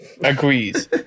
agrees